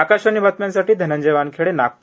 आकाशवाणी बातम्यासाठी धनंजय वानखेडे नागप्र